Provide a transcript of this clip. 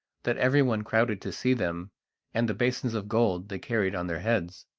that everyone crowded to see them and the basins of gold they carried on their heads.